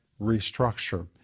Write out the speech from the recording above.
restructure